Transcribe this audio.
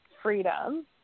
freedom